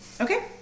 Okay